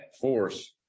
force